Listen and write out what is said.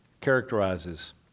characterizes